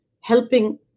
helping